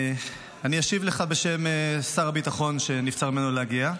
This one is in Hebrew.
אני אשיב לך בשם שר הביטחון, שנבצר ממנו להגיע.